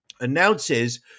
announces